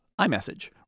iMessage